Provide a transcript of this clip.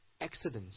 accidents